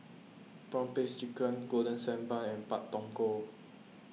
Prawn Paste Chicken Golden Sand Bun and Pak Thong Ko